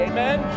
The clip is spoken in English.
Amen